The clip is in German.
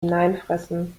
hineinfressen